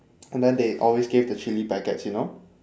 and then they always gave the chilli packets you know